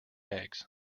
eggs